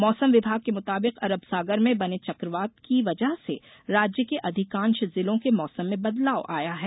मौसम विभाग के मुताबिक अरब सागर में बने चक्रवात की वजह से राज्य के अधिकांश जिलों के मौसम में बदलाव आया है